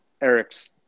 Eric's